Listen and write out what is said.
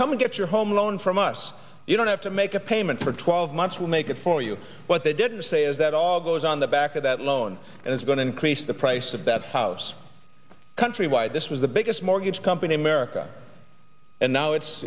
come on get your home loan from us you don't have to make a payment for twelve months we'll make it for you but they didn't say is that all goes on the back of that loan and it's going to increase the price of that house countrywide this was the biggest mortgage company in america and now it's